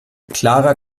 clara